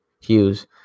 Hughes